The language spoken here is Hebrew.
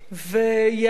וייאמר,